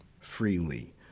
freely